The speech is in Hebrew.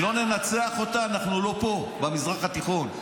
אם לא ננצח בה, אנחנו לא פה, במזרח התיכון.